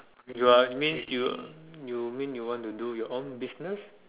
you're means you you mean you want to do your own business